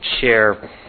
share